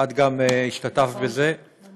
גם את השתתפת בזה, נכון.